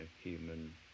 human